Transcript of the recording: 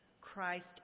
Christ